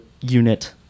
unit